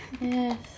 Yes